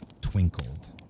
twinkled